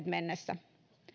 mennessä